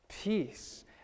peace